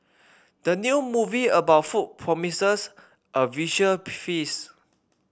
the new movie about food promises a visual feast